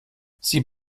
sie